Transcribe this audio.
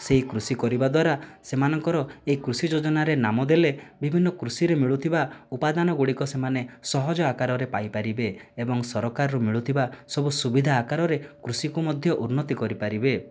ସେହି କୃଷି କରିବା ଦ୍ୱାରା ସେମାନଙ୍କର ଏହି କୃଷି ଯୋଜନାରେ ନାମ ଦେଲେ ବିଭିନ୍ନ କୃଷିରେ ମିଳୁଥିବା ଉପାଦାନ ଗୁଡ଼ିକ ସେମାନେ ସହଜ ଆକାରରେ ପାଇପାରିବେ ଏବଂ ସରକାରରୁ ମିଳୁଥିବା ସବୁ ସୁବିଧା ଆକାରରେ କୃଷିକୁ ମଧ୍ୟ ଉନ୍ନତି କରିପାରିବେ